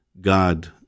God